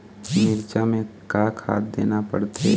मिरचा मे का खाद देना पड़थे?